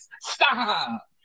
Stop